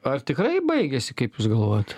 ar tikrai baigėsi kaip jūs galvojat